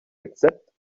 accept